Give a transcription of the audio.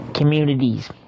Communities